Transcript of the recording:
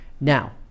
Now